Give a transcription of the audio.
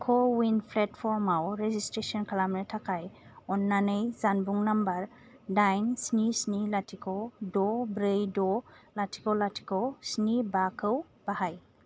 क'विन प्लेटफर्मआव रेजिस्ट्रेसन खालामनो थाखाय अन्नानै जानबुं नम्बर दाइन स्नि स्नि लाथिख' द' ब्रै द' लाथिख' लाथिख' स्नि बाखौ बाहाय